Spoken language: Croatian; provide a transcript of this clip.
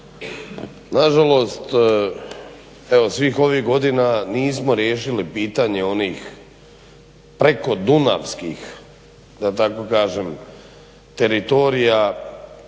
Nažalost, evo svih ovih godina nismo riješili pitanje onih prekodunavskih, da